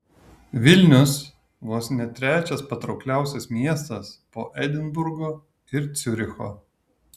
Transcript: vilnius vos ne trečias patraukliausias miestas po edinburgo ir ciuricho